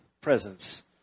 presence